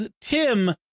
Tim